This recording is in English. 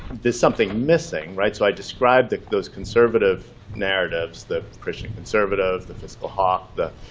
there's something missing, right? so i described those conservative narratives the christian conservative, the fiscal hawks, the